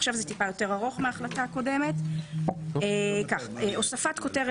עכשיו זה טיפה יותר ארוך מההחלטה הקודמת: הוספת כותרת